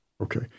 Okay